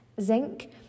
zinc